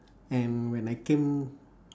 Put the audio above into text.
and when I came